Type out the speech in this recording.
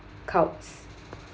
outs